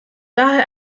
daher